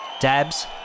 Dabs